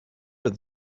but